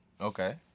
Okay